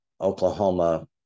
Oklahoma